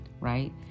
right